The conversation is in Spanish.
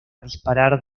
disparar